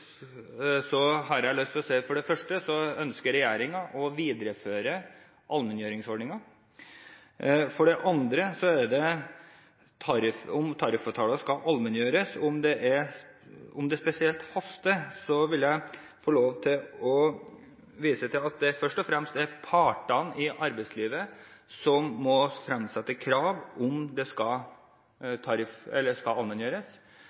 det første ønsker regjeringen å videreføre allmenngjøringsordningen. For det andre: Dersom det haster spesielt å allmenngjøre tariffavtaler, vil jeg få lov til å vise til at det først og fremst er partene i arbeidslivet som må fremsette krav om det. Deretter vil det bli behandlet i tariffnemnden, som vedtar om det skal allmenngjøres.